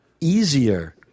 easier